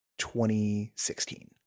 2016